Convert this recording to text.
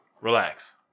Relax